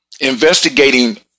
investigating